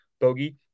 Bogey